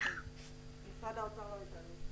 אם יש מה לומר.